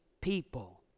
people